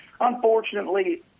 unfortunately